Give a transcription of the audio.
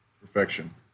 perfection